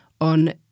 on